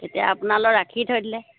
এতিয়া আপোনালৈ ৰাখি থৈ দিলে